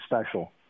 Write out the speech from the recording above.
special